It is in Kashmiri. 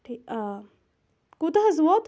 ٹھیٖک آ کوٗتاہ حظ ووت